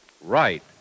Right